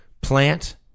plant